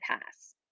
pass